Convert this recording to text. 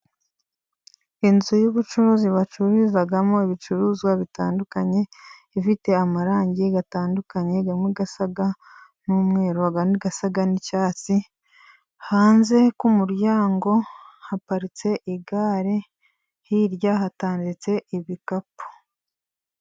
Inzu y'ubucuruzi bacururizamo ibicuruzwa bitandukanye ifite amarangi atandukanye amwe asa n'umweru, andi asa n'icyatsi. Hanze ku muryango haparitse igare hirya hatanditse ibikapu.